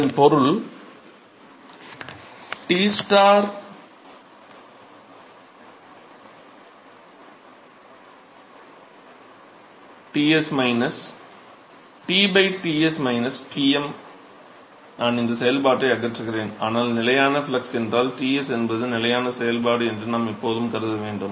இதன் பொருள் T Ts T Ts T m நான் இந்த செயல்பாட்டை அகற்றுகிறேன் ஆனால் நிலையான ஃப்ளக்ஸ் என்றால் Ts என்பது நிலையின் செயல்பாடு என்று நாம் எப்போதும் கருத வேண்டும்